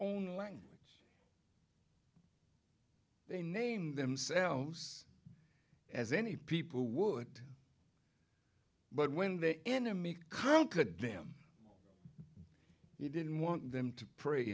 own language they named themselves as any people would but when the enemy conquered them he didn't want them to pray